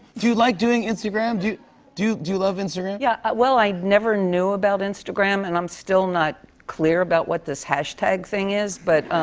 do you like doing instagram? do you do do you love instagram? yeah. well, i never knew about instagram, and i'm still not clear about what this hashtag thing is, but.